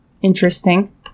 Interesting